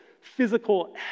physical